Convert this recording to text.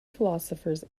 philosophers